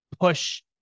push